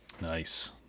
Nice